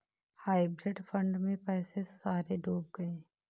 hybrid fund में पैसे सारे डूब गए